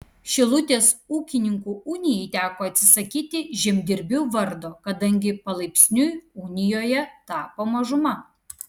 šilutės ūkininkų unijai teko atsisakyti žemdirbių vardo kadangi palaipsniui unijoje tapo mažuma